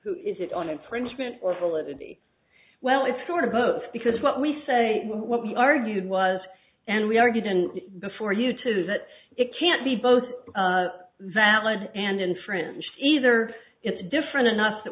who is it on infringement or validity well it's sort of both because what we say what we argued was and we argued then before you to that it can't be both valid and infringed either it's different enough that